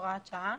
הוראת שעה